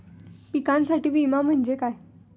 पिकांसाठीचा विमा म्हणजे काय?